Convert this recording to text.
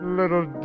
little